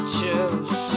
choose